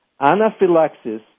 Anaphylaxis